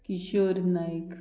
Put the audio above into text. Kishore Naik